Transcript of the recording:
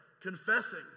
confessing